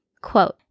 Quote